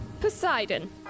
Poseidon